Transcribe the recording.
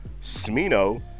Smino